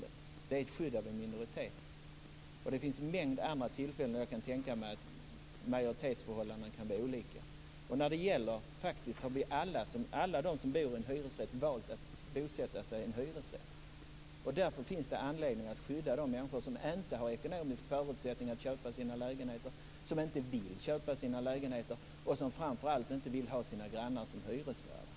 Det handlar om skydd av en minoritet. Det finns en mängd andra tillfällen då jag kan tänka mig att majoritetsförhållandena kan bli olika. Alla som bor i en hyresrätt har valt att bosätta sig i en hyresrätt. Därför finns det anledning att skydda de människor som inte har ekonomiska förutsättningar att köpa sina lägenheter och som inte vill köpa sina lägenheter och som framför allt inte vill ha sina grannar som hyresvärdar.